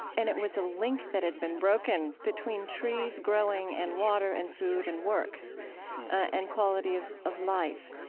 and it was a link that had been broken between trees growing and water and food and work and quality of of life.